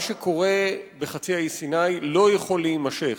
מה שקורה בחצי האי סיני לא יכול להימשך.